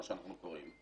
מה שאנחנו קוראים,